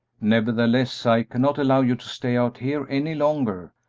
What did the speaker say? nevertheless, i cannot allow you to stay out here any longer,